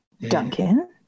Duncan